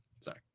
Sorry